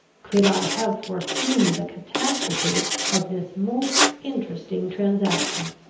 could i have foreseen the catastrophe of this most interesting transaction.